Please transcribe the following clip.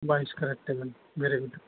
বাইশ ক্যারেটটা নেবেন ভেরি গুড